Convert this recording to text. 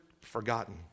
forgotten